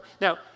Now